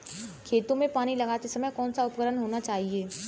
खेतों में पानी लगाते समय कौन सा उपकरण होना चाहिए?